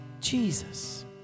Jesus